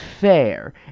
fair